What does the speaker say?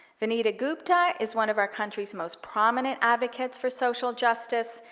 vanita gupta is one of our country's most prominent advocates for social justice.